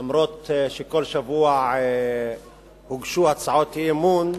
למרות שכל שבוע הוגשו הצעות אי-אמון,